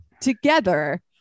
together